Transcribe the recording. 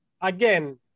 again